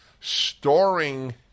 storing